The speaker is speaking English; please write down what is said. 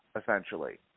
essentially